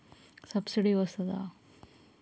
Subsidy వస్తదా?